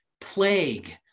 plague